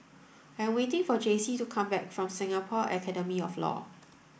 I am waiting for Jaycee to come back from Singapore Academy of Law